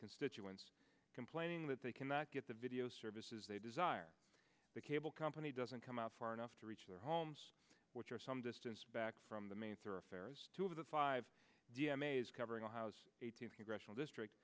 constituents complaining that they cannot get the video services they desire the cable company doesn't come out far enough to reach their homes which are some distance back from the main thoroughfare two of the five d m a is covering a house eighteenth congressional district